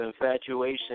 infatuation